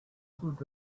should